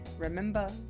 Remember